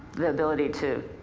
the ability to,